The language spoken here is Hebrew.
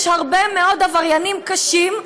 יש הרבה מאוד עבריינים קשים,